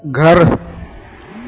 घरु